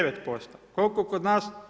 9%, koliko kod nas?